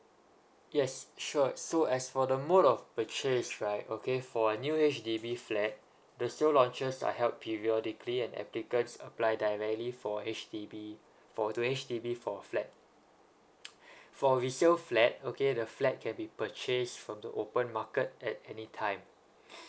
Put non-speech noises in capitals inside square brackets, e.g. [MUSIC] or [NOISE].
yes sure so as for the mode of purchase right okay for a new H_D_B flat there's still launchers uh help periodically and applicants apply directly for H_D_B for H_D_B for flat [NOISE] for resale flat okay the flat can be purchase from the open market at any time [BREATH]